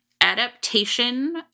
adaptation